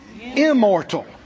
immortal